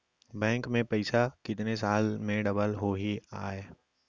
Bank में पइसा कितने साल में डबल होही आय?